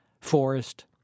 Forest